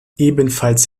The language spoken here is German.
ebenfalls